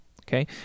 okay